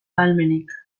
ahalmenik